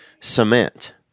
cement